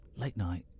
late-night